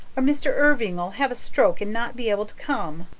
or mr. irving'll have a stroke and not be able to come.